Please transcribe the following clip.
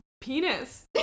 penis